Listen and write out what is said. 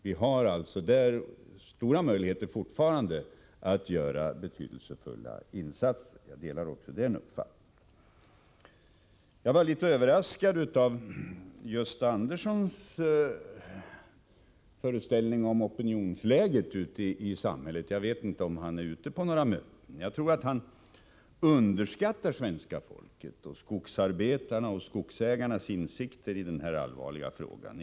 Vi har alltså fortfarande stora möjligheter att göra betydelsefulla insatser på detta område. Jag delar således också den uppfattningen. Jag blev litet överraskad när jag hörde vilken uppfattning Gösta Andersson har om opinionsläget ute i samhället. Jag vet inte om han är ute på några möten. Jag tror att han underskattar svenska folkets och även skogsarbetarnas och skogsägarnas insikter i den här allvarliga frågan.